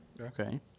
Okay